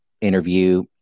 interview